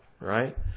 right